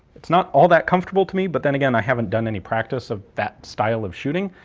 it's not all that comfortable to me, but then again i haven't done any practice of that style of shooting.